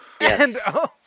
Yes